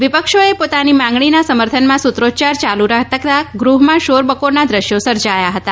વિપક્ષોએ પોતાની માગણીના સમર્થનમાં સૂત્રોચ્યાર યાલુ રાખતા ગૂહમાં શોરબકોરના દ્રશ્યો સર્જાયા હતા